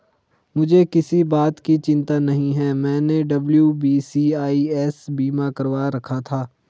मुझे किसी बात की चिंता नहीं है, मैंने डब्ल्यू.बी.सी.आई.एस बीमा करवा रखा था